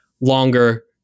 longer